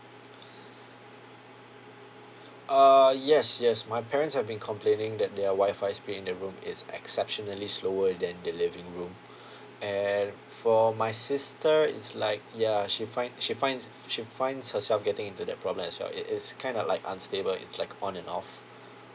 uh yes yes my parents have been complaining that their wifi is being in the room is exceptionally slower than the living room and for my sister is like ya she find she finds she finds herself getting into that problem as well it is kind of like unstable it's like on and off